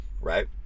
right